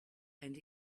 and